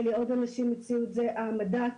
העמדת